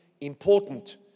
important